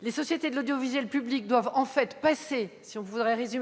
les sociétés de l'audiovisuel public doivent passer